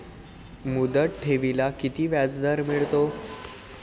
मुदत ठेवीला किती व्याजदर मिळतो?